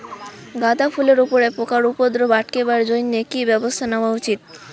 গাঁদা ফুলের উপরে পোকার উপদ্রব আটকেবার জইন্যে কি ব্যবস্থা নেওয়া উচিৎ?